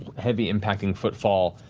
heavy impacting footfall,